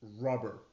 rubber